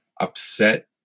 upset